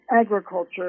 agriculture